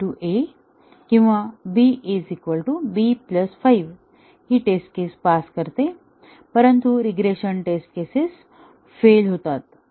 किंवा b b 5 ही test case pass करते परंतु रीग्रेशन टेस्ट केसेस फेल होतात